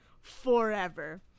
forever